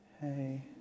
hey